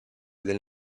del